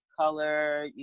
color